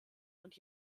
und